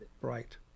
Right